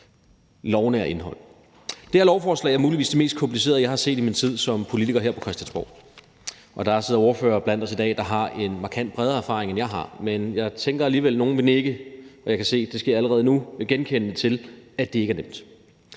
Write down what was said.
lovnære indhold. Det her lovforslag er muligvis det mest komplicerede, jeg har set i min tid som politiker her på Christiansborg. Der sidder ordførere blandt os i dag, der har en markant bredere erfaring, end jeg har, men jeg tænker alligevel, at nogle vil nikke – og jeg kan se, at det allerede sker nu – genkendende til, at det ikke er nemt.